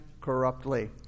corruptly